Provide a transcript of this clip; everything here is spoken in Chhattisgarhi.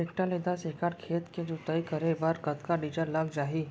टेकटर ले दस एकड़ खेत के जुताई करे बर कतका डीजल लग जाही?